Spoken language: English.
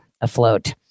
afloat